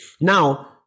Now